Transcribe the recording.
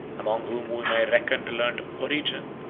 among whom we may reckon the learned origen,